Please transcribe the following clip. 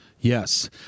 Yes